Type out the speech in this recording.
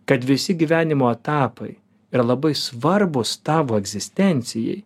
kad visi gyvenimo etapai yra labai svarbūs tavo egzistencijai